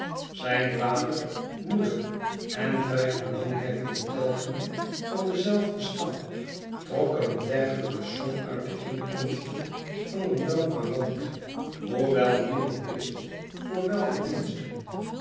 zijn vader moeder en vijf belangwekkende telgen van denzelfden stam trokken een dergelijke som uit de inkomsten van een dankbaar land hoewel niemand wist voor welke diensten